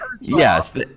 Yes